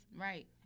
Right